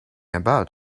about